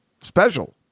special